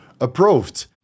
approved